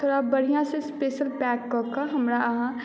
थोड़ा बढ़िआँसँ special pack कऽ कऽ हमरा अहाँ